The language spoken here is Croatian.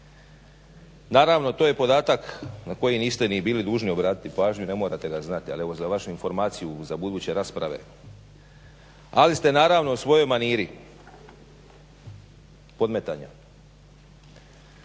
Naravno to je podatak na koji niste ni bili dužni obratiti pažnju, ne morate ga znati ali evo za vašu informaciju za buduće rasprave. Ali ste naravno u svojoj maniri podmetanja